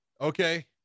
Okay